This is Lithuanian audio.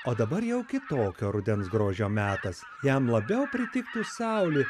o dabar jau kitokio rudens grožio metas jam labiau pritiktų saulė